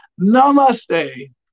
namaste